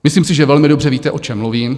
Myslím si, že velmi dobře víte, o čem mluvím.